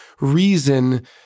reason